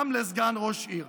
גם לסגן ראש עיר.